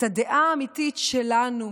את הדעה האמיתית שלנו,